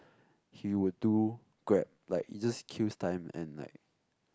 he would do grab like he just kills time and like